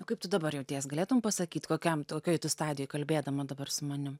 o kaip tu dabar jautiesi galėtum pasakyt kokiam tokioj tu stadijoj kalbėdama dabar su manim